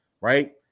right